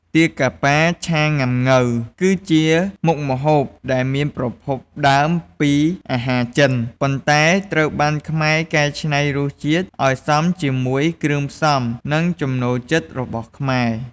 ទាកាប៉ាឆាង៉ាំង៉ូវ គឺជាមុខម្ហូបដែលមានប្រភពដើមពីអាហារចិន ប៉ុន្តែត្រូវបានខ្មែរកែច្នៃរសជាតិឱ្យសមជាមួយគ្រឿងផ្សំ និងចំណូលចិត្តរបស់ខ្មែរ។